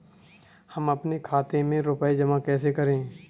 हम अपने खाते में रुपए जमा कैसे करें?